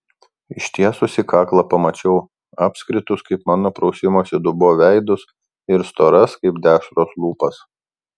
ištiesusi kaklą pamačiau apskritus kaip mano prausimosi dubuo veidus ir storas kaip dešros lūpas